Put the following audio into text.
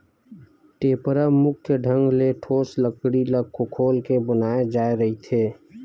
टेपरा मुख्य ढंग ले ठोस लकड़ी ल खोखोल के बनाय जाय रहिथे